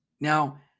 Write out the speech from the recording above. Now